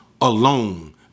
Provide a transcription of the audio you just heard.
alone